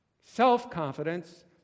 Self-confidence